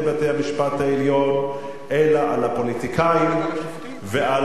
בית-המשפט העליון אלא על הפוליטיקאים ועל